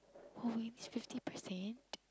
movie fifty per cent